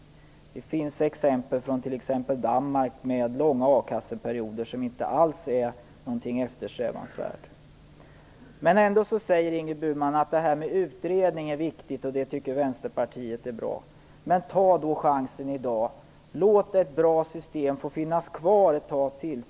I bl.a. Danmark finns exempel som visar att långa a-kasseperioder inte alls är någonting eftersträvansvärt. Ingrid Burman säger att det är viktigt att utreda saker och att Vänsterpartiet tycker att det är bra. Ta då chansen i dag och låt ett bra system få finnas kvar ett tag till!